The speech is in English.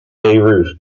beirut